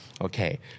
okay